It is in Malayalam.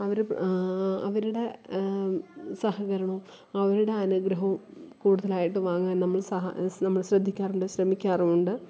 അവർ അവരുടെ സഹകരണവും അവരുടെ അനുഗ്രഹവും കൂടുതലായിട്ടു വാങ്ങാന് നമ്മൾ സഹ നമ്മൾ ശ്രദ്ധിക്കാറുണ്ട് ശ്രമിക്കാറും ഉണ്ട്